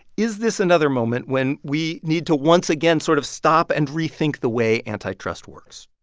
is this another moment when we need to once again sort of stop and rethink the way antitrust works?